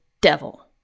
devil